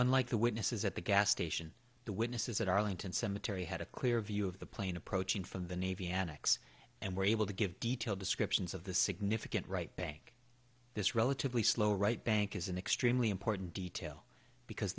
unlike the witnesses at the gas station the witnesses at arlington cemetery had a clear view of the plane approaching from the navy antics and were able to give detailed descriptions of the significant right bank this relatively slow right bank is an extremely important detail because